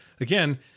again